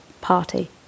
party